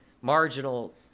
marginal